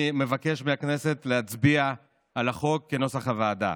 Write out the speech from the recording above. אני מבקש מהכנסת להצביע על החוק כנוסח הוועדה.